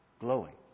glowing